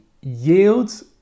yields